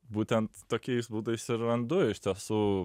būtent tokiais būdais ir randu iš tiesų